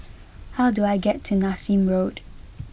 how do I get to Nassim Road